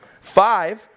Five